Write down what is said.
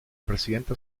presidente